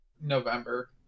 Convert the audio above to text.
November